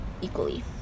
equally